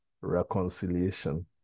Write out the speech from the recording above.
reconciliation